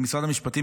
של משרד המשפטים,